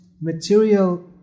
material